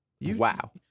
Wow